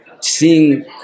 seeing